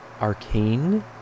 Arcane